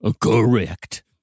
Correct